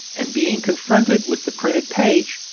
and being confronted with the printed page,